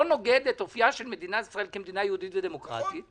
נוגד את אופייה של מדינת ישראל כמדינה יהודית ודמוקרטית.